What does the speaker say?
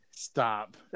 Stop